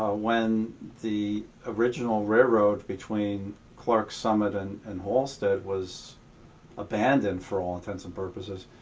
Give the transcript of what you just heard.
ah when the original railroad between clarks summit and and hallstead was abandoned, for all intents and purposes,